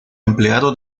empleado